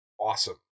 awesome